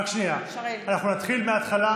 אנחנו נתחיל מההתחלה.